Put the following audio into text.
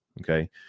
Okay